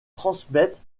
transmettre